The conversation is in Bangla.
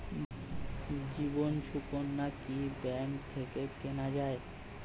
জীবন সুকন্যা কি ব্যাংক থেকে কেনা যায়?